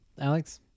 Alex